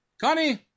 Connie